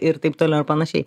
ir taip toliau ir panašiai